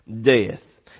death